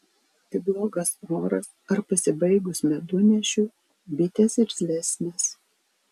kai blogas oras ar pasibaigus medunešiui bitės irzlesnės